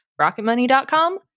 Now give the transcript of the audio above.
Rocketmoney.com